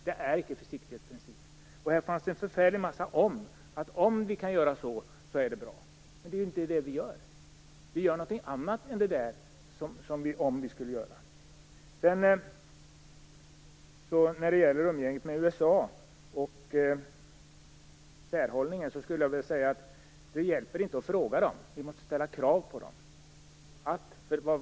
Det är icke försiktighetsprincipen. Det fanns en förfärlig massa "om". "Om" vi kan göra så, är det bra. Men det är inte det vi gör. Vi gör någonting annat än det "om" vi skulle göra. När det gäller umgänget med USA och isärhållningen hjälper det inte att fråga amerikanerna. Vi måste ställa krav på dem.